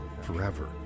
Forever